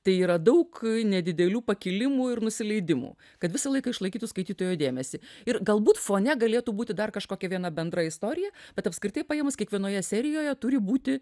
tai yra daug nedidelių pakilimų ir nusileidimų kad visą laiką išlaikytų skaitytojo dėmesį ir galbūt fone galėtų būti dar kažkokia viena bendra istorija bet apskritai paėmus kiekvienoje serijoje turi būti